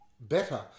better